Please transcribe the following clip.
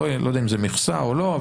לא יודע אם מכסה או לא,